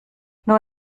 nur